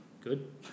Good